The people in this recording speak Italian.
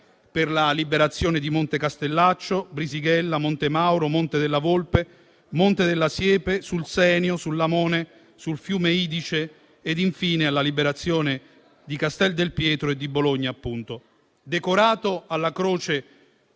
per la liberazione di Monte Castellaccio, Brisighella, Monte Mauro, Monte della Volpe Monte della Siepe, sul Senio, sul Lamone, sul fiume Idice ed infine alla liberazione di Castel San Pietro e di Bologna. Decorato con la Croce